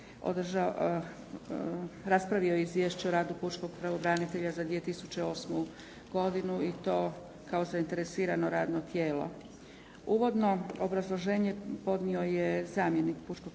raspravio je izvješće o radu pučkog pravobranitelja za 2008. godinu i to kao zainteresirano radno tijelo. Uvodno obrazloženje podnio je zamjenik pučkog pravobranitelja